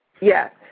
Yes